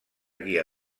guia